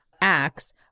acts